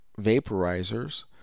vaporizers